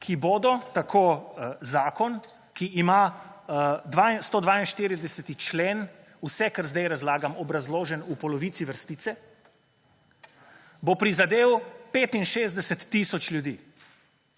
ki bodo, tako zakon, ki ima 142. člen, vse, kar zdaj razlagam, obrazložen v polovici vrstice, bo prizadel 65 tisoč ljudi.